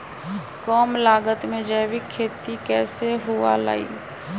कम लागत में जैविक खेती कैसे हुआ लाई?